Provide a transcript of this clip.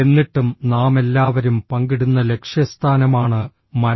എന്നിട്ടും നാമെല്ലാവരും പങ്കിടുന്ന ലക്ഷ്യസ്ഥാനമാണ് മരണം